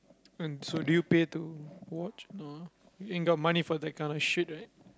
and so do you pay to watch no ain't got money for that kinda shit right